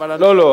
לא,